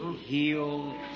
heal